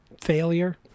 Failure